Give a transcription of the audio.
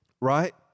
right